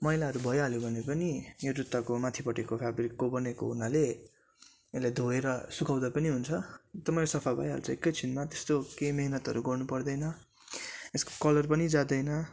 मैलाहरू भइहाल्यो भने पनि यो जुत्ताको माथिपट्टिको फ्याब्रिकको बनेको हुनाले यसले धोएर सुकाउँदा पनि हुन्छ एकदमै सफा भइहाल्छ एकैछिनमा त्यस्तो केही मेहनतहरू गर्नु पर्दैन एसको कलर पनि जाँदैन